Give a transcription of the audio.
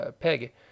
Peg